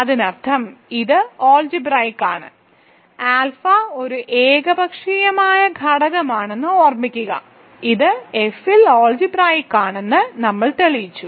അതിനർത്ഥം ഇത് അൾജിബ്രായിക്ക് ആണ് ആൽഫ ഒരു ഏകപക്ഷീയമായ ഘടകമാണെന്ന് ഓർമ്മിക്കുക ഇത് F ൽ അൾജിബ്രായിക്ക് ആണെന്ന് നമ്മൾ തെളിയിച്ചു